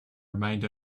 remained